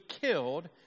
killed